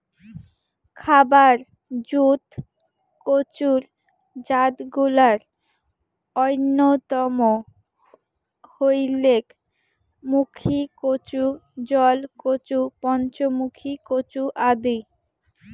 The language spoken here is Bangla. খাবার জুত কচুর জাতগুলার অইন্যতম হইলেক মুখীকচু, জলকচু, পঞ্চমুখী কচু আদি